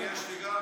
אני, יש לי גם?